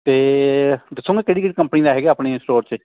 ਅਤੇ ਦੱਸੋਂਗੇ ਕਿਹੜੀ ਕਿਹੜੀ ਕੰਪਨੀ ਦਾ ਹੈਗਾ ਆਪਣੇ ਸਟੋਰ 'ਚ